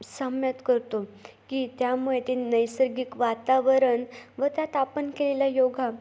साम्यत करतो की त्यामुळे ते नैसर्गिक वातावरण व त्यात आपण केलेला योगा